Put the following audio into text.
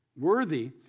worthy